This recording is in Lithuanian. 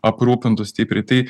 aprūpintų stipriai tai